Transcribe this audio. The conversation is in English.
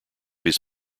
his